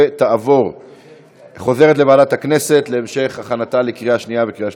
ותחזור לוועדת הכנסת להמשך הכנתה לקריאה שנייה וקריאה שלישית.